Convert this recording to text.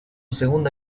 segunda